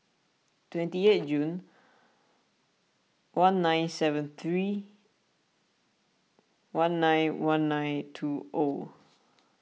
twenty eight June one nine seven three one nine one nine two O